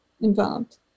involved